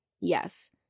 Yes